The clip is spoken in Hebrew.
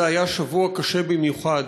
זה היה שבוע קשה במיוחד,